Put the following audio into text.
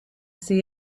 see